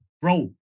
Bro